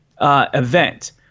Event